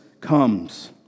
comes